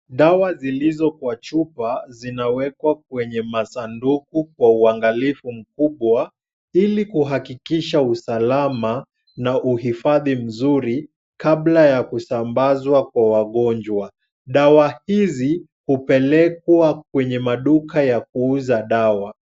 Dawa zilizo kwa chupa, zinawekwa kwenye masanduku kwa uangalifu mkubwa ili kuhakikisha usalama na uhifadhi mzuri kabla ya kusambazwa kwa wagonjwa. Dawa hizi hupelekwa kwenye maduka ya kuuza dawa.